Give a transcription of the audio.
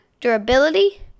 Durability